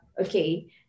okay